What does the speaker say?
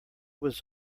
was